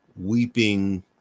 Weeping